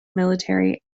military